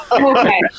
Okay